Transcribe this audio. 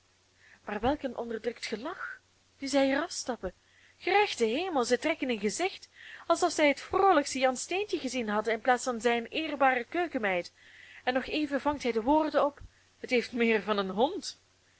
maar welk een onderdrukt gelach nu zij er afstappen gerechte hemel zij trekken een gezicht alsof zij het vroolijkste jan steentje gezien hadden in plaats van zijn eerbare keukenmeid en nog even vangt hij de woorden op het heeft meer van een hond